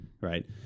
right